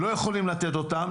לא יכולים לתת אותם,